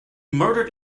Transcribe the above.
murdered